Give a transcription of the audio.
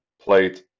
played